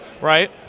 right